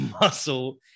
muscle